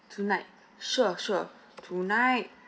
tonight sure sure tonight